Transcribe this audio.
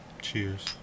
Cheers